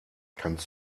kannst